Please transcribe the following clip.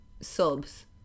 subs